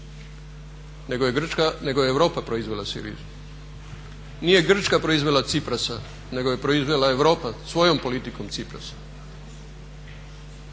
Syrizu nego je Europa proizvela Syrizu. Nije Grčka proizvela Tsiprasa nego je proizvela Europa svojom politikom Tsiprasa.